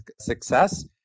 success